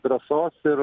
drąsos ir